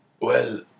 Well